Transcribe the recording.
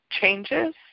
changes